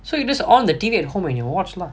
so you just on the T_V at home and you watch lah